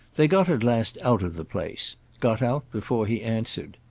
they got at last out of the place got out before he answered.